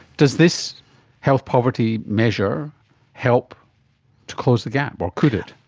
does this health poverty measure help to close the gap or could it?